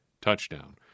touchdown